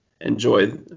enjoy